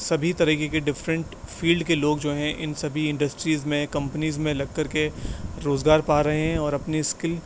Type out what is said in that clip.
سبھی طریقے کے ڈفرنٹ فیلڈ کے لوگ جو ہیں ان سبھی انڈسٹریز میں کمپنیز میں لگ کر کے روزگار پا رہے ہیں اور اپنی اسکل